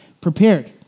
prepared